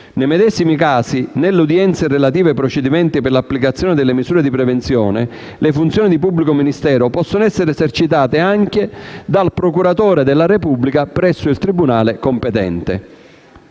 Nei medesimi casi, nelle udienze relative ai procedimenti per l'applicazione delle misure di prevenzione, le funzioni di pubblico ministero possono essere esercitate anche dal procuratore della Repubblica presso il tribunale competente.